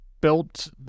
built